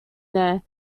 there